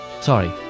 Sorry